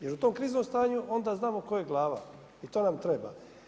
Jer u tom kriznom stanju onda znamo tko je glava i to nam treba.